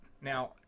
Now